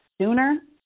sooner